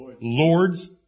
Lord's